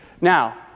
Now